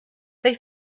they